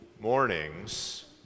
mornings